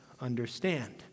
understand